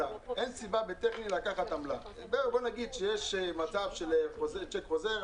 חלק מהאנשים באמת יהיו צדיקים ולא ימשכו צ'קים ללא כיסוי.